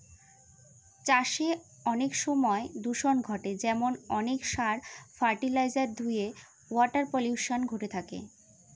চাষে অনেক সময় দূষন ঘটে যেমন অনেক সার, ফার্টিলাইজার ধূয়ে ওয়াটার পলিউশন ঘটে থাকে